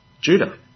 Judah